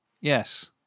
yes